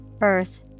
earth